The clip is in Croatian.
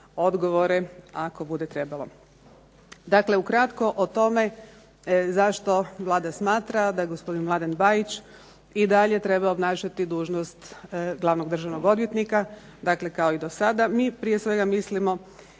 odgovore ako bude trebalo. Dakle, ukratko o tome zašto Vlada smatra da gospodin Mladen Bajić i dalje treba obnašati dužnost glavnog državnog odvjetnika, dakle kao i do sada. Mi prije svega mislimo